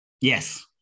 Yes